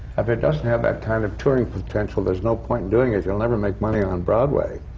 if it doesn't have that kind of touring potential, there's no point in doing it. you'll never make money on broadway,